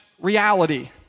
reality